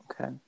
Okay